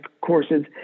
courses